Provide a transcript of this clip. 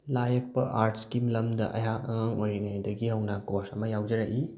ꯂꯥꯏ ꯌꯦꯛꯄ ꯑꯥꯔꯠꯀꯤ ꯂꯝꯗ ꯑꯩꯍꯥꯛ ꯑꯉꯥꯡ ꯑꯣꯏꯔꯤꯉꯩꯗꯒꯤ ꯍꯧꯅ ꯀꯣꯔꯁ ꯑꯃ ꯌꯥꯎꯖꯔꯛꯏ